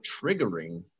triggering